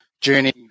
journey